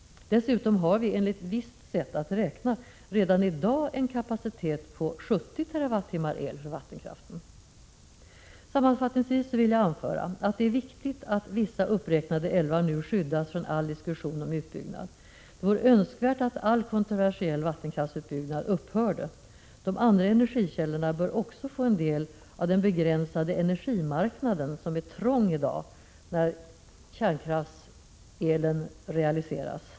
Dessutom har vi enligt visst sätt att räkna redan i dag en kapacitet på 70 TWh el från vattenkraften. Sammanfattningsvis vill jag anföra att det är viktigt att vissa uppräknade älvar nu skyddas från all utbyggnad. Det vore önskvärt att all kontroversiell vattenkraftsutbyggnad upphörde. De andra energikällorna bör också få del av den begränsade energimarknaden, som är trång i dag, när kärnkraftselen realiseras.